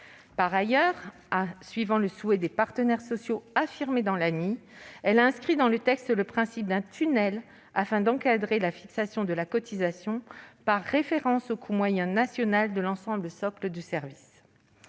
Par ailleurs, suivant le souhait des partenaires sociaux affirmé dans l'ANI, elle a inscrit dans le texte le principe d'un « tunnel » pour encadrer la fixation de la cotisation par référence au coût moyen national de l'ensemble socle de services.